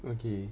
okay